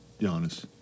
Giannis